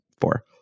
four